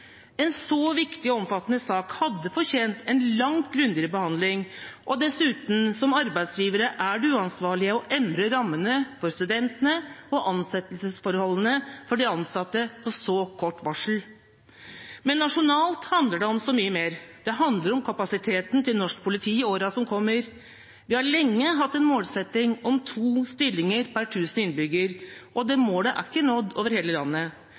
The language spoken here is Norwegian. En så viktig og omfattende sak hadde fortjent en langt grundigere behandling, og dessuten, som arbeidsgivere, er det uansvarlig å endre rammene for studentene og ansettelsesforholdene for de ansatte på så kort varsel. Nasjonalt handler det om så mye mer. Det handler om kapasiteten til norsk politi i årene som kommer. Vi har lenge hatt en målsetting om to stillinger per tusen innbyggere, og det målet er ikke nådd over hele landet.